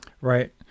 Right